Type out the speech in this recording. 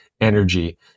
energy